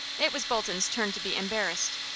it was bolton's turn to be embarrassed.